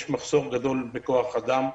יש מחסור גדול בכוח אדם.